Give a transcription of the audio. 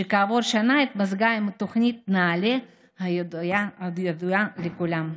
שכעבור שנה התמזגה עם התוכנית נעל"ה הידועה לכולם.